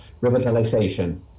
revitalization